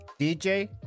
DJ